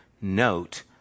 note